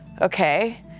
okay